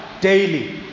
daily